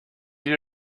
you